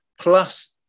Plus